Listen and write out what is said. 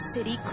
City